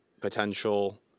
potential